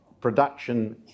production